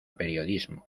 periodismo